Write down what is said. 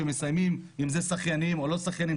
אם זה שחיינים או לא שחיינים.